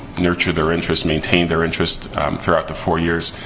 nurture their interests, maintain their interest throughout the four years,